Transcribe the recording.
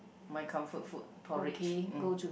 my comfort food porridge mm